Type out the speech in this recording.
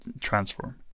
transform